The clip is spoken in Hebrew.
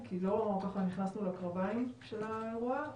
לא נכנסנו לקרביים של האירוע,